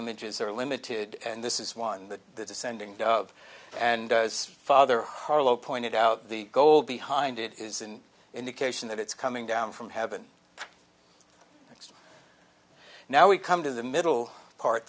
images are limited and this is one that the descending dove and father harlow pointed out the goal behind it is an indication that it's coming down from heaven now we come to the middle part